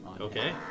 okay